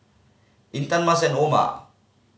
Intan Mas and Omar